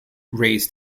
raise